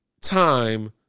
time